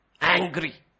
Angry